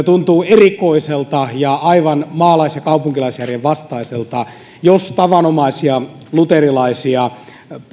tuntuu erikoiselta ja aivan maalais ja kaupunkilaisjärjen vastaiselta jos tavanomaisia luterilaisia